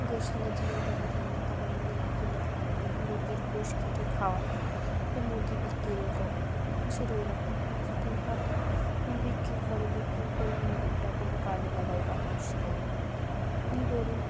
গোশ্ত কেনার যখন টাকা থাকে না তখন আমাদের কিনে মুরগির গোশ্ত কেটে খাওয়ায় ফের মুরগি বিক্রিও করে হাঁসের ওইরকম হাঁস ডিম পাড়লে বিক্রি করে বিক্রি করে অন্য একটা কোনো কাজে লাগায় বা হাঁস কেনে গরু